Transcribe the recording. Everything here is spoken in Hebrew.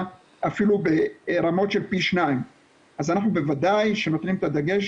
אפילו ברמות של פי 2. אז אנחנו בוודאי שנותנים את הדגש